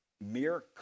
mere